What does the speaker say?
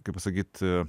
kaip pasakyt